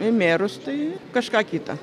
į merus tai kažką kitą